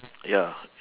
ya